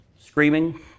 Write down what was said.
screaming